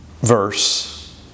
Verse